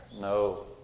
No